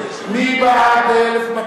400. מי בעד 500?